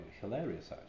hilarious